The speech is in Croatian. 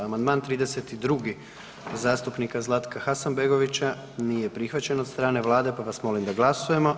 Amandman 32. zastupnika Zlatka Hasanbegovića nije prihvaćen od strane vlade, pa vas molim da glasujemo.